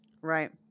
Right